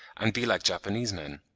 and be like japanese men.